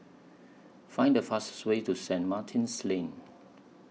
Find The fastest Way to St Martin's Lane